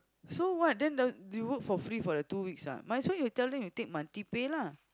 so what then they work for free for the two weeks ah might as well you tell them you take monthly pay lah